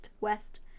West